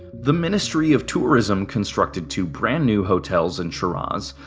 the ministry of tourism constructed two brand new hotels in shiraz,